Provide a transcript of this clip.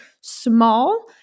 small